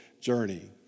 journey